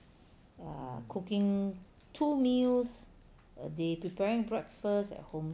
err cooking two meals a day preparing breakfast at home